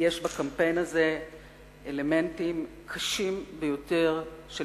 שיש בקמפיין הזה אלמנטים קשים ביותר של